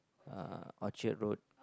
uh Orchard-Road